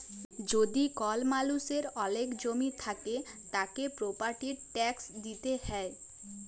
যদি কল মালুষের ওলেক জমি থাক্যে, তাকে প্রপার্টির ট্যাক্স দিতে হ্যয়